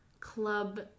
Club